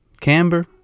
Camber